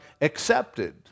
accepted